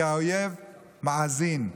כי האויב מאזין,